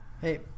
Hey